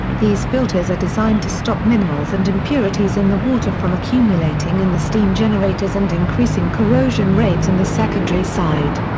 these filters are designed to stop minerals and impurities in the water from accumulating in the steam generators and increasing corrosion rates in the secondary side.